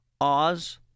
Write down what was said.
Oz